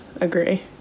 agree